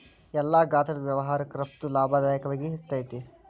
ಎಲ್ಲಾ ಗಾತ್ರದ್ ವ್ಯವಹಾರಕ್ಕ ರಫ್ತು ಲಾಭದಾಯಕವಾಗಿರ್ತೇತಿ